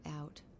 out